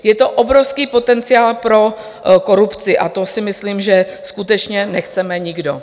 Je to obrovský potenciál pro korupci a to si myslím, že skutečně nechceme nikdo.